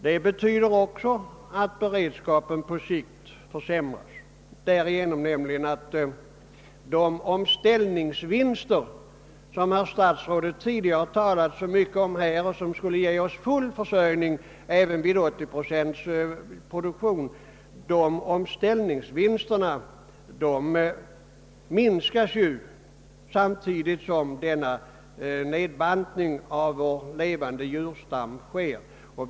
Det betyder att beredskapen på längre sikt försämras, därigenom att de omställningsvinster, som herr statsrådet tidigare talat så mycket om och som skulle ge oss full försörjning även vid 80 procents produktion, minskas samtidigt som denna nedbantning av vår levande djurstam äger rum.